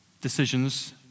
decisions